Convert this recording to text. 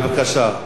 בבקשה.